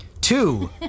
Two